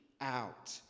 out